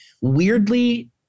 Weirdly